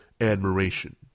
admiration